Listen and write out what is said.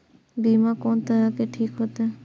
बीमा कोन तरह के ठीक होते?